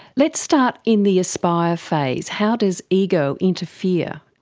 let's start in the aspire phase. how does ego interfere?